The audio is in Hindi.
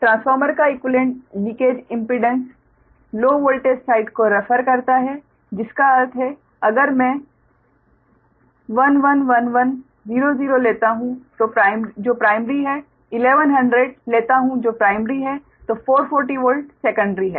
ट्रांसफार्मर का equivalent leakage impedance low voltage side को रेफर करता है जिसका अर्थ है अगर मैं 1100 लेता हूं जो प्राइमरी है तो 440 वोल्ट सेकंडरी है